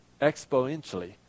exponentially